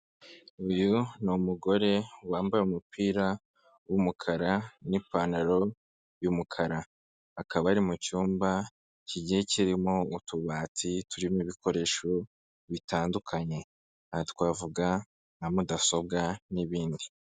Uyu ni umugore wambaye umupira w'umukara n'ipantaro y'umukara. Akaba ari mu cyumba kigiye kirimo utubati turimo ibikoresho bitandukanye. Aha twavuga nka mudasobwa n'ibindi.